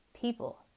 People